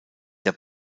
der